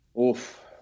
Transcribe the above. Oof